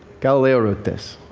galileo wrote this